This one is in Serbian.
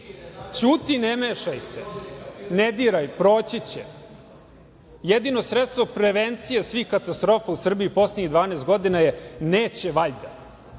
Ćuti, ne mešaj se, ne diraj, proći će. Jedino sredstvo prevencije svih katastrofa u Srbiji u poslednjih 12 godina je - neće valjda.